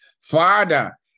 Father